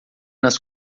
nas